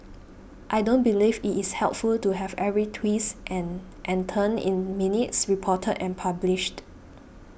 I don't believe it is helpful to have every twist and and turn in minutes reported and published